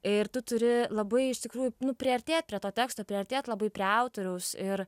ir tu turi labai iš tikrųjų nu priartėt prie to teksto priartėt labai prie autoriaus ir